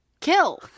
Kill